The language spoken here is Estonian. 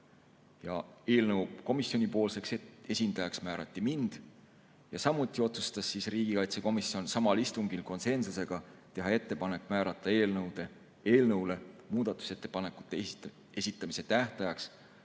Eelnõu komisjoni esindajaks määrati mind. Samuti otsustas riigikaitsekomisjon samal istungil konsensusega teha ettepaneku määrata eelnõu muudatusettepanekute esitamise tähtajaks